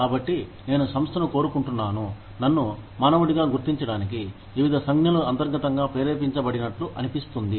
కాబట్టి నేను సంస్థను కోరుకుంటున్నాను నన్ను మానవుడిగా గుర్తించడానికి వివిధ సంజ్ఞలు అంతర్గతంగా ప్రేరేపించబడినట్లు అనిపిస్తుంది